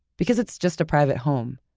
because it's just a private home.